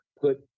put